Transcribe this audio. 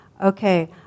okay